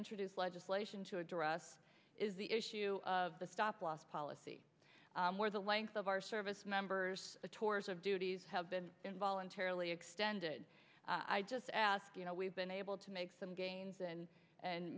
introduce legislation to address is the issue of the stop loss policy where the length of our service members the tours of duty have been involuntarily extended i just ask you know we've been able to make some gains and and